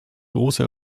große